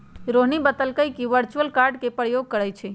रोहिणी बतलकई कि उ वर्चुअल कार्ड के प्रयोग करई छई